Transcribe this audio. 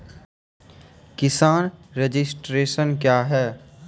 किसान रजिस्ट्रेशन क्या हैं?